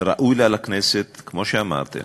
ראוי לה לכנסת, כמו שאמרתם,